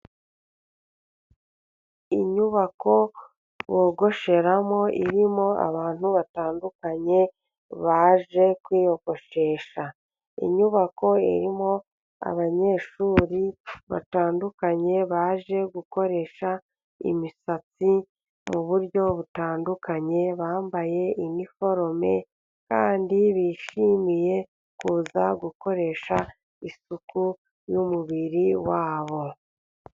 Inyubako bogosheramo, irimo abantu batandukanye baje kwiyogoshesha. Inyubako irimo abanyeshuri batandukanye baje gukoresha imisatsi mu buryo butandukanye, bambaye iniforome kandi bishimiye kuza gukoresha isuku n’umubiri wabo.